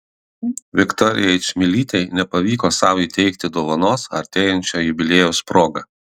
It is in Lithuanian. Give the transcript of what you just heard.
viktorijai čmilytei nepavyko sau įteikti dovanos artėjančio jubiliejaus proga